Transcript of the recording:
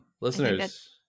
listeners